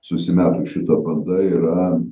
susimetus šita banda yra